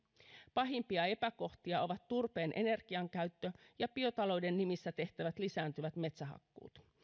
pahimpia epäkohtia ovat turpeen energiakäyttö ja biotalouden nimissä tehtävät lisääntyvät metsähakkuut